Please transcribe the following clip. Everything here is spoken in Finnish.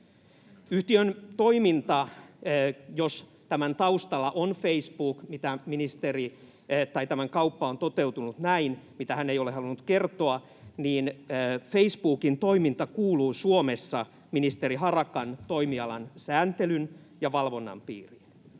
Sikäli kuin tämän taustalla on Facebook tai tämä kauppa on toteutunut näin, mitä ministeri ei ole halunnut kertoa, niin Facebookin toiminta kuuluu Suomessa ministeri Harakan toimialan sääntelyn ja valvonnan piiriin.